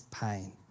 pain